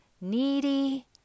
needy